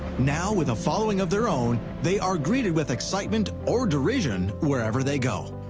now, with a following of their own, they are greeted with excitement or derision wherever they go.